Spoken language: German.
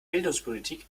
bildungspolitik